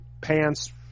pants